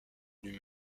lui